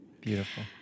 Beautiful